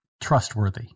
trustworthy